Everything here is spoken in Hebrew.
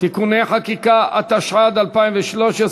(תיקוני חקיקה), התשע"ד 2013,